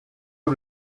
uru